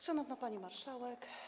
Szanowna Pani Marszałek!